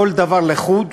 כל דבר לחוד.